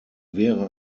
wäre